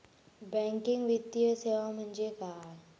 Banking वित्तीय सेवा म्हणजे काय?